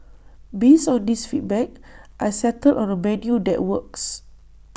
based on these feedback I settled on A menu that works